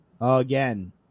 again